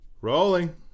Rolling